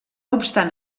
obstant